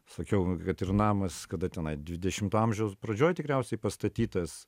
sakiau kad ir namas kada tenai dvidešimto amžiaus pradžioj tikriausiai pastatytas